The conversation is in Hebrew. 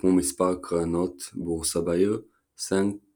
הוקמו מספר קרנות בורסה בעיר סנקט